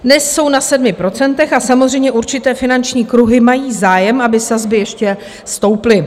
Dnes jsou na 7 procentech a samozřejmě určité finanční kruhy mají zájem, aby sazby ještě stouply.